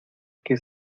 que